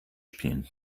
spielen